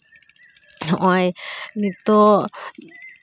ᱦᱚᱜᱼᱚᱸᱭ ᱱᱤᱛᱳᱜ